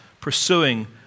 pursuing